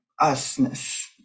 us-ness